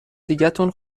دیگتون